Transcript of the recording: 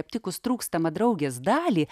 aptikus trūkstamą draugės dalį